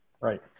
Right